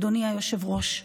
אדוני היושב-ראש.